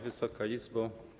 Wysoka Izbo!